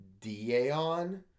Dion